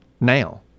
now